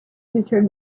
future